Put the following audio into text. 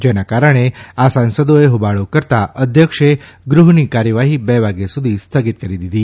જેના કારણે આ સાંસદોએ હોબાળો કરતાં અધ્યક્ષે ગૃહની કાર્યવાહી બે વાગ્યા સુધી સ્થગિત કરી દીધી